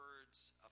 words